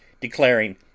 declaring